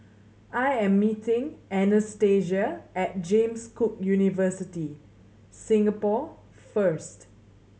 I am meeting Anastacia at James Cook University Singapore first